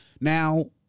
now